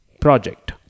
project